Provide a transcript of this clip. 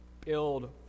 build